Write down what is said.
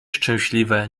szczęśliwe